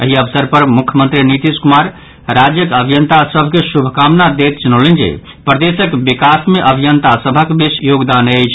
एहि अवसर पर मुख्यमंत्री नीतीश कुमार राज्यक अभियंता सभ के शुभकामना दैत जनौलनि जे प्रदेशक विकास मे अभियंता सभक बेसी योगदान अछि